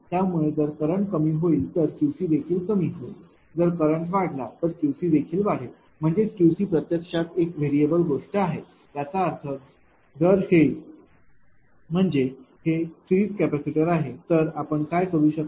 त्यामुळे जर करंट कमी होईल तर Qc देखील कमी होईल जर करंट वाढला तर Qcदेखील वाढेल म्हणजेच हा Qc प्रत्यक्षात एक व्हेरिएबल गोष्ट आहे याचा अर्थ जर हे म्हणजे हे सिरीज कॅपेसिटर आहे तर आपण काय करू शकता